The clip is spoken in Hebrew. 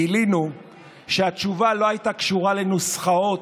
גילינו שהתשובה לא הייתה קשורה לנוסחאות,